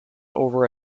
over